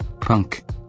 punk